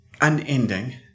unending